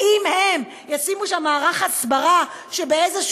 האם הם ישימו שם מערך הסברה שבאיזשהו